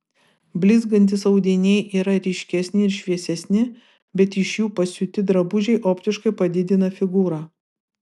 blizgantys audiniai yra ryškesni ir šviesesni bet iš jų pasiūti drabužiai optiškai padidina figūrą